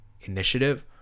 initiative